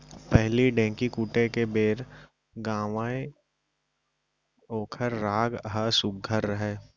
पहिली ढ़ेंकी कूटे के बेर गावयँ ओकर राग ह सुग्घर रहय